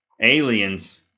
Aliens